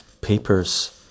papers